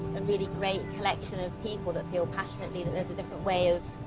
a really great collection of people that feel passionately that there's a different way of.